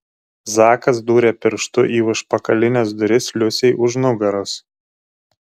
zakas dūrė pirštu į užpakalines duris liusei už nugaros